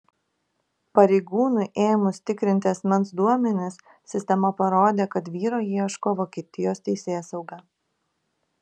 pareigūnui ėmus tikrinti asmens duomenis sistema parodė kad vyro ieško vokietijos teisėsauga